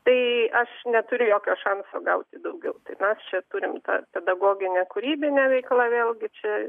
tai aš neturiu jokio šanso gauti daugiau tai mes čia turim tą pedagoginę kūrybinę veiklą vėlgi čia